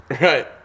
right